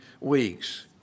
weeks